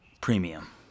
premium